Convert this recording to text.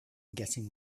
getting